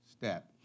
step